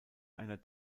einer